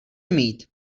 mít